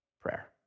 prayer